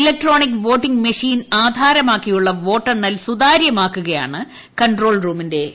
electronic voting machine ആധാരമാക്കിയുള്ള വോട്ടെണ്ണൽ സുതാര്യമാക്കുകയാണ് കൺട്രോൾ റൂമിന്റെ ലക്ഷ്യം